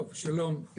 טוב, שלום.